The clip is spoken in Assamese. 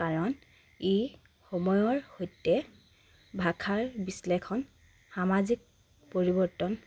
কাৰণ ই সময়ৰ সৈতে ভাষাৰ বিশ্লেষণ সামাজিক পৰিৱৰ্তন